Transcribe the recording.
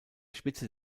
spitze